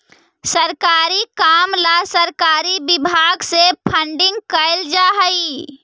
सरकारी काम ला सरकारी विभाग से फंडिंग कैल जा हई